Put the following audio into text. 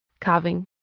carving